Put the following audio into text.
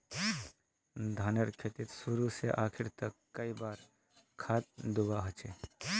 धानेर खेतीत शुरू से आखरी तक कई बार खाद दुबा होचए?